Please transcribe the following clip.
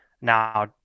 now